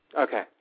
Okay